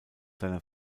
seiner